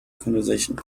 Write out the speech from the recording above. conversation